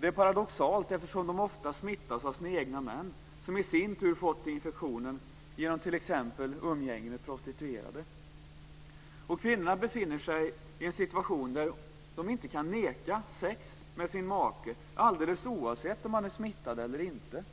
Det är paradoxalt, eftersom de ofta smittas av sina egna män, som i sin tur fått infektionen genom t.ex. umgänge med prostituerade. Kvinnorna befinner sig i en situation där de inte kan neka till sex med sin make alldeles oavsett om han är smittad eller inte.